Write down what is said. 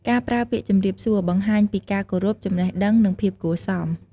ការប្រើពាក្យ "ជម្រាបសួរ" បង្ហាញពីការគោរព ចំណេះដឹង និង ភាពគួរសម។